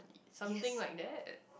something like that